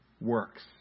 works